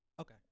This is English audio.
okay